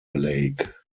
lake